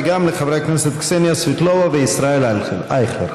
וגם לחברי הכנסת קסניה סבטלובה וישראל אייכלר.